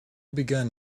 begun